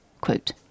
Quote